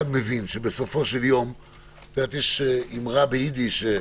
יש אימרה ביידיש,